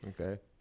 Okay